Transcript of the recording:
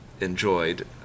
enjoyed